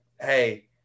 hey